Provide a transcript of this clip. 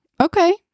Okay